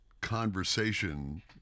conversation